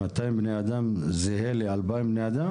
מאתיים בני אדם, זהה לאלפיים בני אדם?